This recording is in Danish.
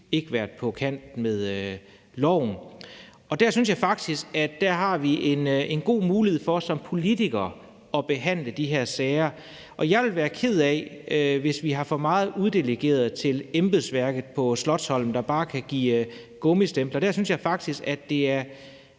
ikke været på kant med loven. Der synes jeg faktisk, at vi har en god mulighed for som politikere at behandle de her sager. Jeg ville være ked af at have for meget uddelegeret til embedsværket på Slotsholmen, der bare kan give gummistempler. Der synes jeg faktisk, at det er